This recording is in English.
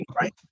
right